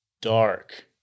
dark